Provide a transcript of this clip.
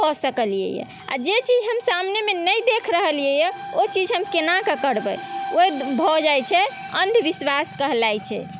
कऽ सकलिएहइ आओर जे चीज हम सामनेमे नहि देखि रहलिए हइ ओ चीज हम कोनाके करबै ओ भऽ जाइ छै अन्धविश्वास कहलाइ छै